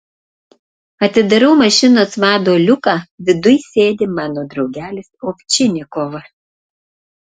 atidarau mašinos vado liuką viduj sėdi mano draugelis ovčinikovas